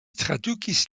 tradukis